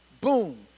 boom